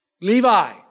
Levi